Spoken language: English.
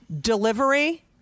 delivery